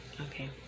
Okay